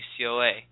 UCLA